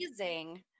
amazing